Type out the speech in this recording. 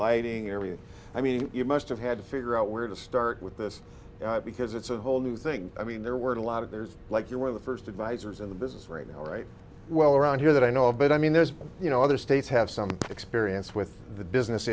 lighting area i mean you must have had to figure out where to start with this because it's a whole new thing i mean there were a lot of there's like you were the first advisors in the business right now right well around here that i know of but i mean there's you know other states have some experience with the business